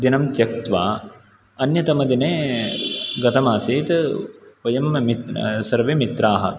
दिनं त्यक्त्वा अन्यतमदिने गतमासीत् वयं म् सर्वे मित्राः